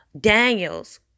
Daniels